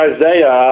Isaiah